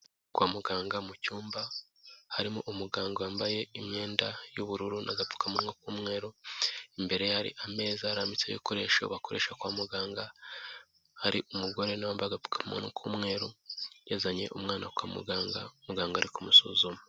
Kwa muganga mu cyumba, harimo umuganga wambaye imyenda y'ubururu n'agapfukamunwa k'umweru, imbere ye hari ameza arambitseho ibikoresho bakoresha kwa muganga, hari umugore nawe wambaye agapfukamunwa k'umweru, yazanye umwana kwa muganga, muganga ari kumusuzuma.